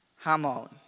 hamon